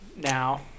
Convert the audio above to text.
now